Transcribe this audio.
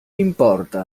importa